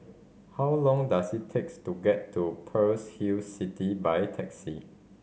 how long does it takes to get to Pearl's Hill City by taxi